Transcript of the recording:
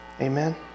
Amen